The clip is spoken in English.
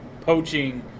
poaching